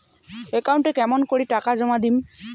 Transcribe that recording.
একাউন্টে কেমন করি টাকা জমা দিম?